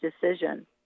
decision